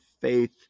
faith